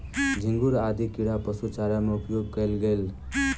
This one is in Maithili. झींगुर आदि कीड़ा पशु चारा में उपयोग कएल गेल